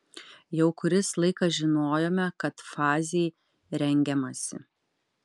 jau kuris laikas žinojome kad fazei rengiamasi